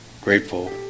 Grateful